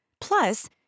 Plus